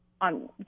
on